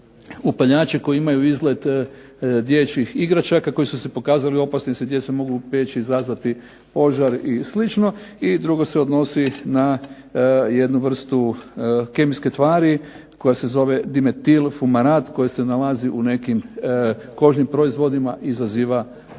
upaljače koji imaju izgled dječjih igračaka, koji su se pokazali opasnim jer se djeca mogu opeći, izazvati požar i slično. I drugo se odnosi na jednu vrstu kemijske tvari koja se zove dimetil fumarat, koji se nalazi u nekim kožnim proizvodima, izaziva